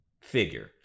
figure